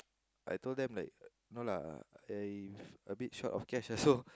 I told them like no lah I a bit short of cash also